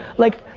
like,